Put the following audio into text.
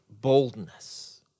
boldness